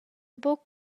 buca